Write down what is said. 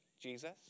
Jesus